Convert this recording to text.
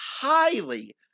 highly